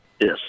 Yes